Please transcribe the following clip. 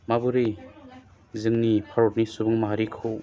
माबोरै जोंनि भारतनि सुबुं माहारिखौ